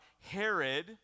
Herod